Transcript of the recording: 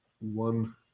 one